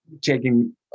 taking